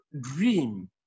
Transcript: dream